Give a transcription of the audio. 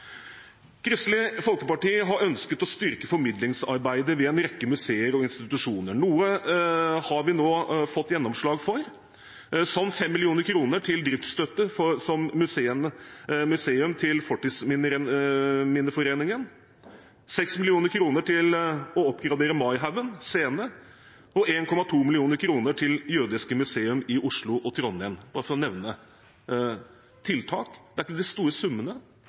Kristelig Folkeparti har ønsket å styrke formidlingsarbeidet ved en rekke museer og institusjoner. Noe har vi nå fått gjennomslag for, som 5 mill. kr til driftsstøtte til Fortidsminneforeningens museum, 6 mill. kr til å oppgradere Maihaugen scene og 1,2 mill. kr til jødiske museum i Oslo og Trondheim, bare for å nevne noen tiltak. Det er ikke de store summene,